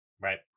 Right